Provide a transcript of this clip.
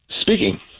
Speaking